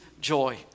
joy